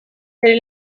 bere